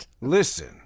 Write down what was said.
Listen